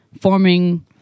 forming